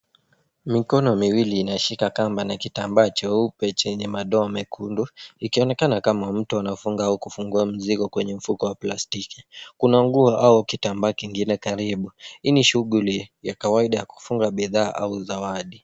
Mikono miwili inashika kamba na kitambaa cheupe chenye madoa mekundu, likionekana kama mtu anafunga au kufungua mzigo kwenye mfuko wa plastiki. Kuna nguo au kitambaa kingine karibu. Hii ni shughuli ya kawaida ya kufunga bidhaa au zawadi.